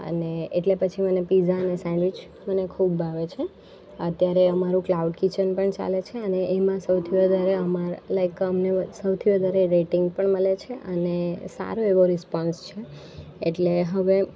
અને એટલે પછી મને પીઝા અને સેન્ડવીચ મને ખૂબ ભાવે છે અત્યારે અમારું ક્લાઉડ કિચન પણ ચાલે છે અને એમાં સૌથી વધારે અમાર લાઇક અમને સૌથી વધારે રેટિંગ પણ મલે છે અને સારો એવો રિસ્પોન્સ છે એટલે હવે